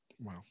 Wow